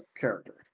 character